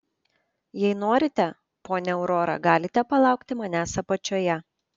jei norite ponia aurora galite palaukti manęs apačioje